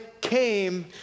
came